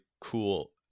cool